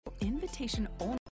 invitation-only